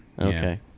Okay